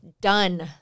done